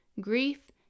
grief